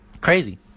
crazy